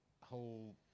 whole